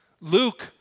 Luke